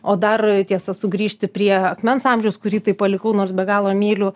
o dar tiesa sugrįžti prie akmens amžiaus kurį tai palikau nors be galo myliu